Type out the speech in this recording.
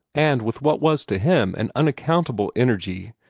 and with what was to him an unaccountable energy,